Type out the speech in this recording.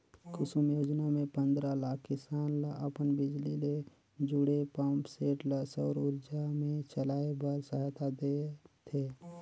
कुसुम योजना मे पंदरा लाख किसान ल अपन बिजली ले जुड़े पंप सेट ल सउर उरजा मे चलाए बर सहायता देह थे